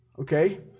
Okay